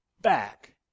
back